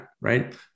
right